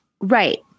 Right